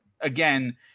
again